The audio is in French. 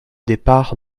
départs